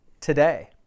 today